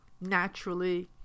naturally